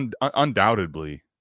undoubtedly